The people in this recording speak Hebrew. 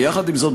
יחד עם זאת,